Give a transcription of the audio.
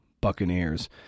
Buccaneers